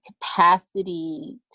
capacity